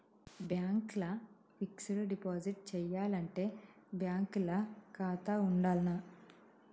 Bank ల fixed deposit చేయాలంటే bank ల ఖాతా ఉండాల్నా?